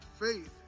faith